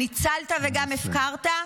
הניצלת וגם הפקרת?